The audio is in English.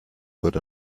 good